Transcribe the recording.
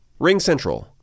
RingCentral